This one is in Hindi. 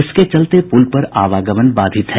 इसके चलते पूल पर आवागमन बाधित है